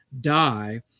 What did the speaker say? die